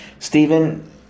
Stephen